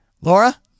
Laura